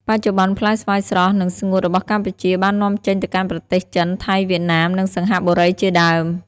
បច្ចុប្បន្ន ផ្លែស្វាយស្រស់ និងស្ងួតរបស់កម្ពុជាបាននាំចេញទៅកាន់ប្រទេសចិន ថៃ វៀតណាម និងសិង្ហបុរីជាដើម។